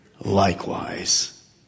likewise